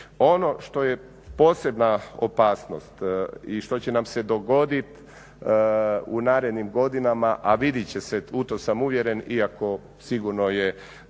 Ono što je posebna opasnost i što će nam se dogoditi u narednim godinama, a vidjet će se, u to sam uvjeren iako sigurno je